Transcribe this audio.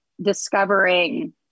discovering